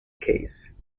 case